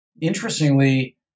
Interestingly